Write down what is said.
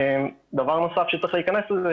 דבר נוסף שצריך להכנס לזה,